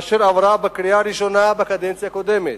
אשר עברה בקריאה ראשונה בקדנציה הקודמת.